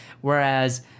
whereas